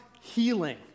healing